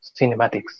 cinematics